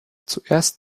zuerst